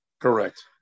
correct